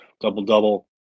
double-double